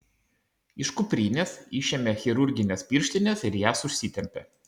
iš kuprinės išėmė chirurgines pirštines ir jas užsitempė